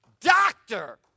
doctor